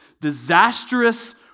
disastrous